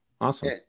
awesome